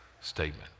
statement